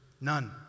None